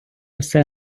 все